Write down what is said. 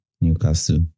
Newcastle